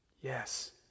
Yes